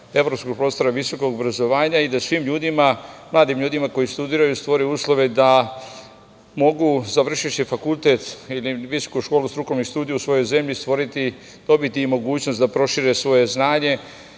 evropskog prostora visokog obrazovanja i da svim mladim ljudima koji studiraju stvori uslove da mogu, završivši fakultet ili visoku školu strukovnih studija, u svojoj zemlji dobiti i mogućnost da prošire svoje znanje,